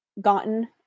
gotten